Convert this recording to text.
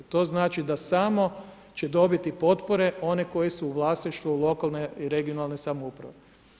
To znači da samo će dobiti potpore one koje su u vlasništvu lokalne i regionalne samouprave.